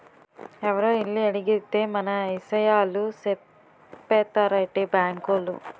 ఎవరో ఎల్లి అడిగేత్తే మన ఇసయాలు సెప్పేత్తారేటి బాంకోలు?